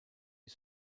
you